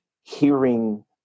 hearing